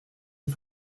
une